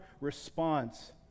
response